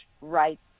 right